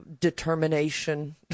determination